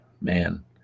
man